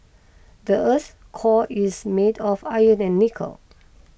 the earth's core is made of iron and nickel